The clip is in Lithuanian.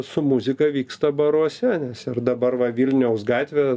su muzika vyksta baruose ir dabar va vilniaus gatvė